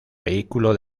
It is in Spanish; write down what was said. vehículo